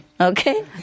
okay